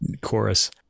chorus